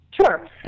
Sure